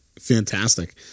fantastic